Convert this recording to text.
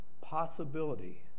possibility